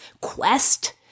quest